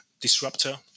disruptor